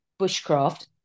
bushcraft